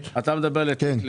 סטטוטורי, תאגיד שהוקם מכוח חוק.